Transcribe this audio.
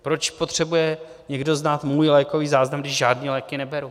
Proč potřebuje někdo znát můj lékový záznam, když žádné léky neberu?